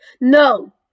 No